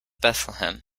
bethlehem